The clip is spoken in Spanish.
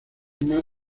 más